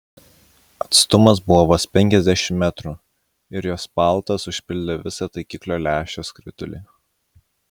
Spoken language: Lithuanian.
atstumas buvo vos penkiasdešimt metrų ir jos paltas užpildė visą taikiklio lęšio skritulį